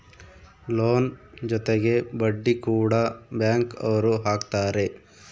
loan ಜೊತೆಗೆ ಬಡ್ಡಿ ಕೂಡ ಬ್ಯಾಂಕ್ ಅವ್ರು ಹಾಕ್ತಾರೆ